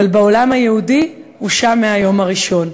אבל בעולם היהודי הוא שם מהיום הראשון.